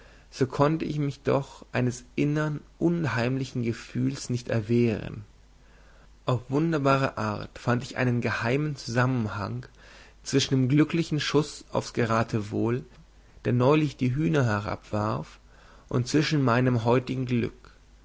so konnte ich mich doch eines innern unheimlichen gefühls nicht erwehren auf wunderbare art fand ich einen geheimen zusammenhang zwischen dem glücklichen schuß aufs geratewohl der neulich die hühner herabwarf und zwischen meinem heutigen glück